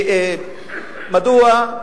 מדוע,